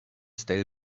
stale